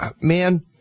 man